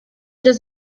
does